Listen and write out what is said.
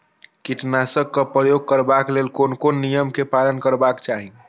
कीटनाशक क प्रयोग करबाक लेल कोन कोन नियम के पालन करबाक चाही?